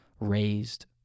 raised